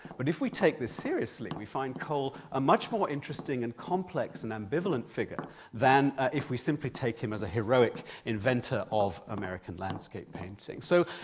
but if we take this seriously, we find cole a much more interesting, and complex and ambivalent figure than if we simply take him as a heroic inventor of american landscape painting. so,